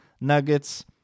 nuggets